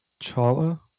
Chala